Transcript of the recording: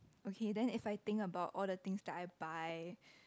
okay then if I think about all the things that I buy